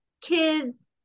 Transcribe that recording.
kids